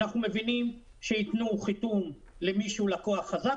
אנחנו מבינים שייתנו חיתום למי שהוא לקוח חזק